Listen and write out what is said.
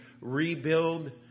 rebuild